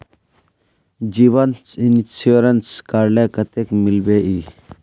जीवन इंश्योरेंस करले कतेक मिलबे ई?